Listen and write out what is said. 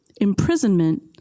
imprisonment